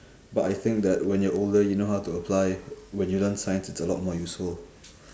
but I think that when you're older you know how to apply when you learn science it's a lot more useful